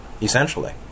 essentially